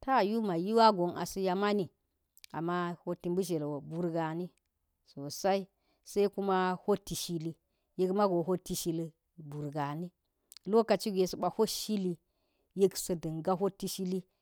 tayi wuyu mai yuwa gon asa̱ yamani, ama hot mbazle wo burgani so sai, sai kuma hot ti shilli burgana lokaci gwe sa̱ ba̱ hot shili yek sv dan go hoti shili.